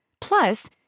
Plus